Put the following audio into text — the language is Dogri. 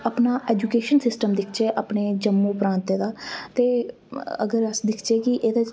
अपना ऐजूकेशन सिस्टम दिक्खचै जम्मू प्रांतै दा ते ओह् अगर अस दिक्खचै की एह्दे च